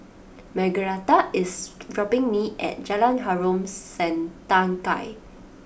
Margaretha is dropping me at Jalan Harom Setangkai